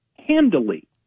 handily